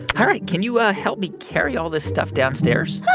ah all right. can you ah help me carry all this stuff downstairs?